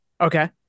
okay